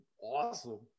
awesome